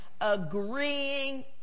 agreeing